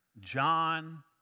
John